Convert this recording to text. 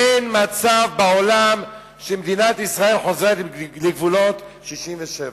אין מצב בעולם שמדינת ישראל חוזרת לגבולות 67',